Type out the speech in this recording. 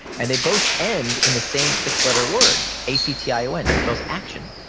and they both end in the same six letter word. a c t i o n. that spells action.